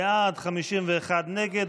37 בעד, 51 נגד.